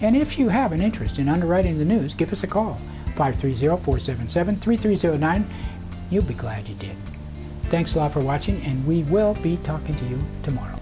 and if you have an interest in underwriting the news give us a call five three zero four seven seven three three zero nine you'll be glad you did thanks for watching and we will be talking to you tomorrow